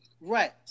right